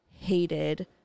hated